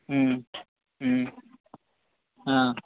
অঁ